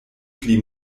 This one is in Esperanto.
pli